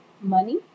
money